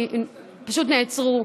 פשוט נעצרו,